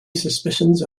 suspicions